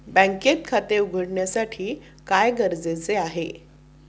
बँकेत खाते उघडण्यासाठी काय गरजेचे आहे?